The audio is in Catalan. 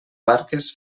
barques